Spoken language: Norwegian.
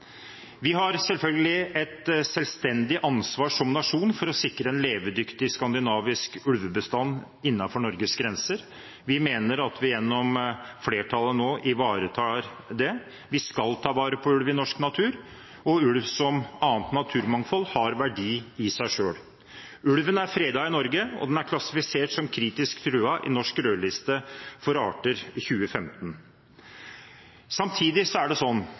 Vi har selvfølgelig som nasjon et selvstendig ansvar for å sikre en levedyktig skandinavisk ulvebestand innenfor Norges grenser. Vi mener at vi gjennom flertallet nå ivaretar det. Vi skal ta vare på ulv i norsk natur. Ulv – som annet naturmangfold – har verdi i seg selv. Ulven er fredet i Norge, og den er klassifisert som kritisk truet i Norsk rødliste for arter 2015. Samtidig er det